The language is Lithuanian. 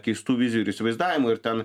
keistų vizijų ir įsivaizdavimo ir ten